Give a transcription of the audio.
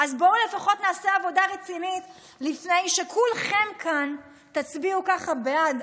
אז בואו לפחות נעשה עבודה רצינית לפני שכולכם כאן תצביעו ככה בעד.